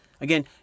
Again